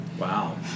Wow